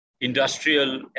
industrial